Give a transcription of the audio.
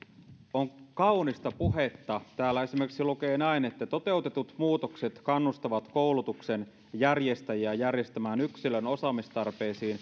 on kaunista puhetta täällä lukee esimerkiksi näin toteutetut muutokset kannustavat koulutuksen järjestäjiä järjestämään yksilön osaamistarpeisiin